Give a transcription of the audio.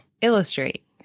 Illustrate